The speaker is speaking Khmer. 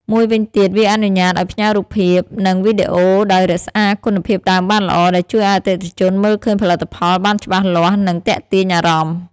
មួយវិញទៀតវាអនុញ្ញាតឱ្យផ្ញើរូបភាព និងវីដេអូដោយរក្សាគុណភាពដើមបានល្អ ដែលជួយឱ្យអតិថិជនមើលឃើញផលិតផលបានច្បាស់លាស់ និងទាក់ទាញអារម្មណ៍។